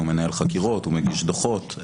הוא מנהל חקירות, הוא מגיש דוחות.